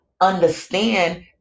understand